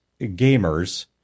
gamers